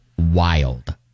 wild